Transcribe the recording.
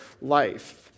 life